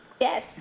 Yes